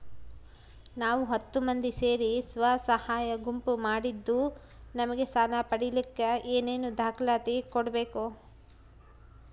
ನಾವು ಹತ್ತು ಮಂದಿ ಸೇರಿ ಸ್ವಸಹಾಯ ಗುಂಪು ಮಾಡಿದ್ದೂ ನಮಗೆ ಸಾಲ ಪಡೇಲಿಕ್ಕ ಏನೇನು ದಾಖಲಾತಿ ಕೊಡ್ಬೇಕು?